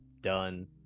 done